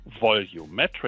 volumetric